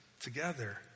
together